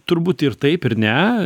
turbūt ir taip ir ne